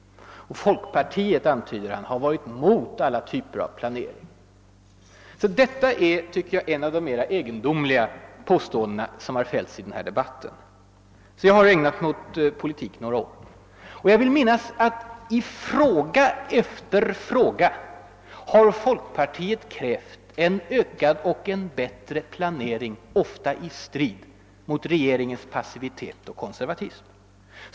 Och folkpartiet, antyder han, har varit mot alla typer av planering. Detta är, tycker jag, ett av de mera egendomliga påståenden som Sgjorts i denna debatt. Jag har ägnat mig åt politik några år, och jag vill minnas att i fråga efter fråga har folkpartiet krävt en ökad och en bättre planering, ofta i strid mot regeringens passivitet och konservatism.